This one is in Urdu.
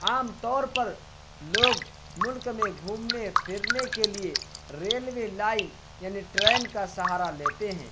عام طور پر لوگ ملک میں گھومنے پھرنے کے لیے ریلوے لائن یعنی ٹرین کا سہارا لیتے ہیں